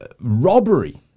robbery